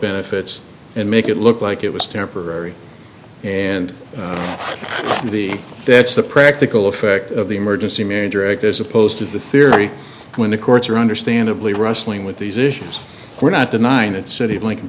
benefits and make it look like it was temporary and the that's the practical effect of the emergency manager act as opposed to the theory when the courts are understandably rustling with these issues we're not denying that city of lincoln